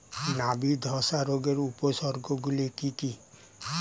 নাবি ধসা রোগের উপসর্গগুলি কি কি?